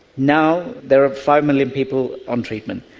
now there are five million people on treatment.